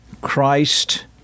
Christ